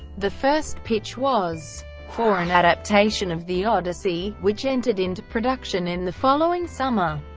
the first pitch was for an adaptation of the odyssey, which entered into production in the following summer.